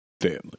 Family